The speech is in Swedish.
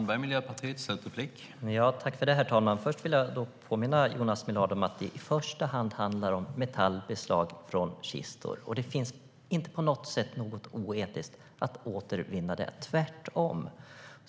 Herr talman! Jag vill påminna Jonas Millard om att det i första hand handlar om metallbeslag från kistor. Det finns inte på något sätt något oetiskt i att återvinna detta, utan tvärtom.